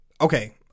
okay